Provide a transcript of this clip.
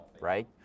right